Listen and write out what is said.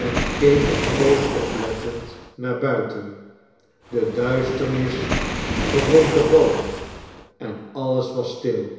en keek eene poos oplettend naarbuiten de duisternis begon te vallen en alles was stil